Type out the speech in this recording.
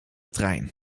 trein